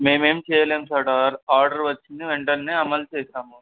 మేమేం చేయలేము సార్ ఆ ఆర్డర్ వచ్చింది వెంటనే అమలు చేశాము